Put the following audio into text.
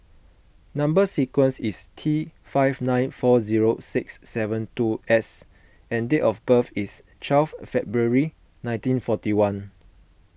Number Sequence is T five nine four zero six seven two S and date of birth is twelve February nineteen forty one